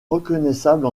reconnaissable